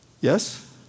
Yes